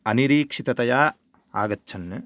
अनिरिक्षततया आगच्छन्